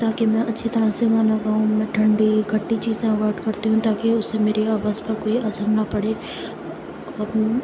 تاکہ میں اچھی طرح سے گانا گاؤں میں ٹھنڈی کھٹی چیزیں اوائڈ کرتی ہوں تاکہ اس سے میری آواز پر کوئی اثر نہ پڑے اپنی